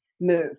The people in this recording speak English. move